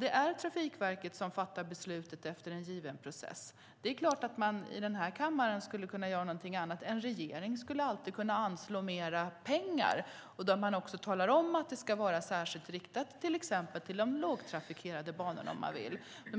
Det är Trafikverket som fattar beslutet efter en given process. Det är klart att man i den här kammaren skulle kunna göra någonting annat. En regering skulle alltid kunna anslå mer pengar och också tala om att de ska vara särskilt riktade - exempelvis till de lågtrafikerade banorna om man så ville.